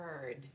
Heard